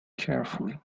carefully